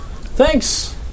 thanks